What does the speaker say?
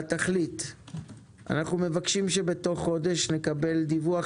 התכלית: אנו מבקשים שתוך חודש נקבל דיווח